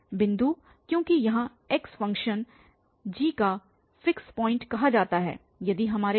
बिंदु क्योंकि यहाँ x फ़ंक्शन g का फिक्स पॉइंट कहा जाता है यदि हमारे पासxgx